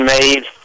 Made